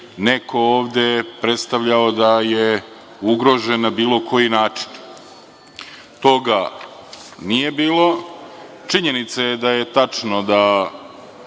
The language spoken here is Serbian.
neko ovde predstavljao da je ugrožen na bilo koji način. Toga nije bilo. Činjenica je da je tačno da